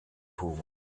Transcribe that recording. fumo